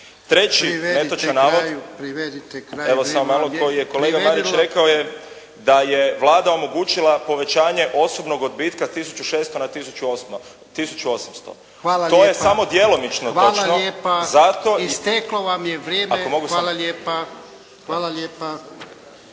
Treći netočan navod koji je kolega Marić rekao je da je Vlada omogućila povećanje osobnog odbitka s 1.600,00 na 1.800. To je samo djelomično točno zato … **Jarnjak, Ivan (HDZ)** Hvala lijepa.